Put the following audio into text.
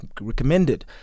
recommended